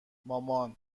مامان